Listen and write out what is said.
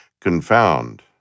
confound